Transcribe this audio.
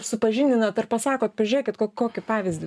supažindinat ar pasakot pažėkit kokį pavyzdį